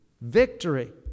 Victory